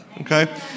Okay